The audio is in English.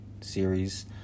series